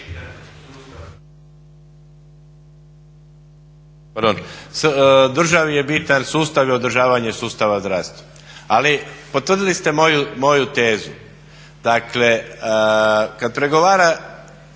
Državi je bitan sustav i održavanje sustava u zdravstvu. Ali potvrdili ste moju tezu, dakle kada pregovara